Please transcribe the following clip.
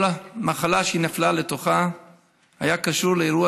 כל המחלה שהיא נפלה לתוכה הייתה קשורה לאירוע